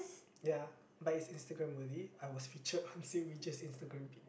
yeah but it's Instagram worthy I was featured on Saint-Regis Instagram page